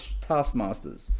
taskmasters